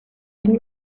die